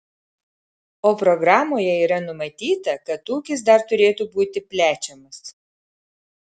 o programoje yra numatyta kad ūkis dar turėtų būti plečiamas